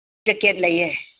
jacket ꯂꯩꯌꯦ